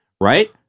Right